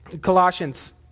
Colossians